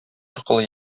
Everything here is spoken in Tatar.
аркылы